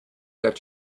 got